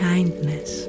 Kindness